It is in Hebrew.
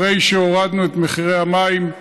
אחרי שהורדנו את מחירי המים,